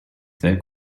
their